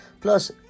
Plus